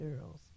girls